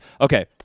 Okay